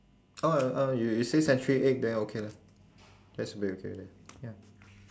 oh oh you you say century egg then okay lah that's should be already ya